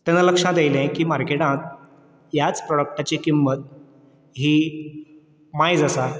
तेन्ना लक्षांत येयलें की मार्केटांत ह्याच प्रोडक्टाची किंमत ही मायज आसा